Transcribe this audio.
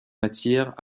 matière